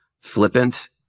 flippant